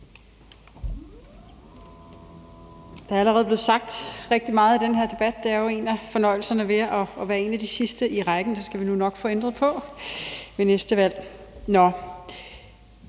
Der er allerede blevet sagt rigtig meget i den her debat. Det er jo en af fornøjelserne ved at være en af de sidste i rækken. Det skal vi nok få ændret på ved næste valg.